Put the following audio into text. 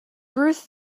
ruth